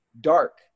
dark